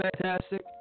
fantastic